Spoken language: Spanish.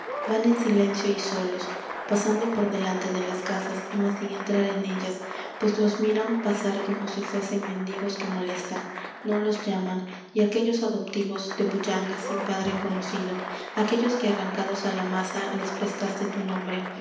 van en silencio y solos pasando por delante de las casas mas sin entrar en ellas pues los miran pasar como si fuesen mendigos que molestan no los llaman y aquellos adoptivos de bullanga sin padre conocido aquellos que arrancados a la masa les prestaste tu nombre